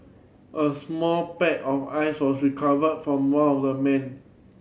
a small pack of ice was recovered from one of the men